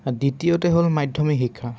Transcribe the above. দ্বিতীয়তে হ'ল মাধ্যমিক শিক্ষা